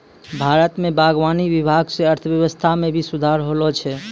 भारत मे बागवानी विभाग से अर्थव्यबस्था मे भी सुधार होलो छै